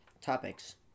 topics